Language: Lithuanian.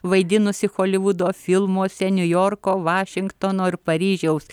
vaidinusi holivudo filmuose niujorko vašingtono ir paryžiaus